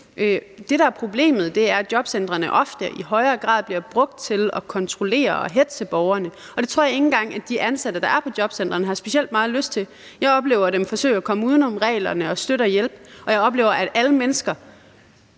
Det, der er problemet, er, at jobcentrene ofte i højere grad bliver brug til at kontrollere og hetze borgerne. Og det tror jeg ikke engang de ansatte, der er på jobcentrene, har specielt meget lyst til. Jeg oplever dem forsøge at komme uden om reglerne og støtte og hjælpe, og jeg oplever, at alle mennesker